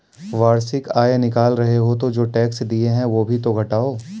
वार्षिक आय निकाल रहे हो तो जो टैक्स दिए हैं वो भी तो घटाओ